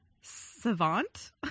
savant